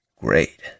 Great